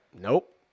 nope